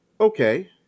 okay